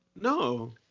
No